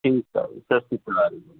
ਠੀਕ ਹੈ ਸਤਿ ਸ਼੍ਰੀ ਅਕਾਲ ਜੀ